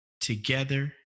together